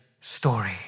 Story